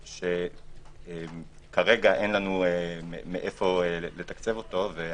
כרגע אין לנו מאיפה לתקצב אותו.